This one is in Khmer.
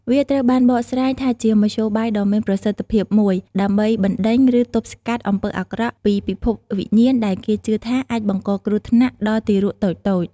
វាត្រូវបានបកស្រាយថាជាមធ្យោបាយដ៏មានប្រសិទ្ធភាពមួយ ដើម្បីបណ្តេញ ឬទប់ស្កាត់អំពើអាក្រក់ពីពិភពវិញ្ញាណដែលគេជឿថាអាចបង្កគ្រោះថ្នាក់ដល់ទារកតូចៗ។